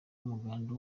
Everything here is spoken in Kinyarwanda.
umuganda